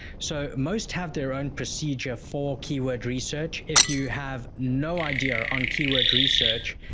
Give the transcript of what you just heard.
so, most have their own procedure for keyword research. if you have no idea on keyword research,